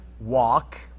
walk